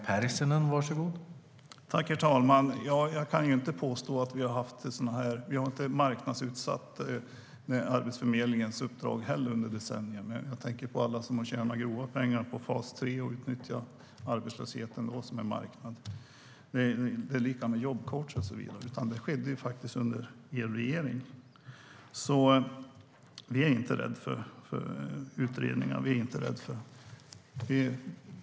Herr talman! Jag kan ju inte påstå att vi har marknadsutsatt Arbetsförmedlingens uppdrag under decennier. Men jag tänker på alla som har tjänat grova pengar på fas 3 och utnyttjat arbetslösheten som en marknad. Det var likadant med jobbcoacher och så vidare. Det skedde ju faktiskt under er regering. Vi är inte rädda för utredningar.